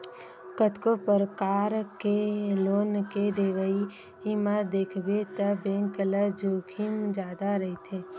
कतको परकार के लोन के देवई म देखबे त बेंक ल जोखिम जादा रहिथे